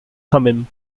thummim